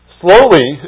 slowly